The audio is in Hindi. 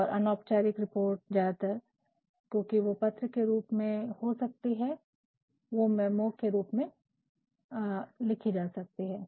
और अनौपचारिक रिपोर्ट ज्यादातर क्योकि वो पत्र के रूप में हो सकती है वो मेमो के रूप में हो सकती है